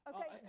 Okay